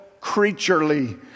creaturely